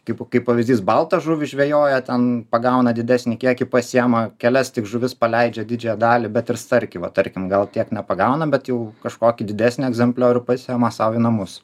kaip kaip pavyzdys baltą žuvį žvejoja ten pagauna didesnį kiekį pasiima kelias tik žuvis paleidžia didžiąją dalį bet ir starkį tarkim gal kiek nepagauna bet jau kažkokį didesnį egzempliorių pasiima sau į namus